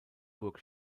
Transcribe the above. burg